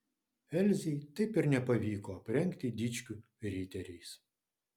elzei taip ir nepavyko aprengti dičkių riteriais